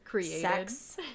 sex